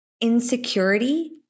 insecurity